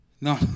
no